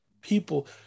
people